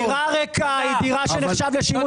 כן, יש מדרגות.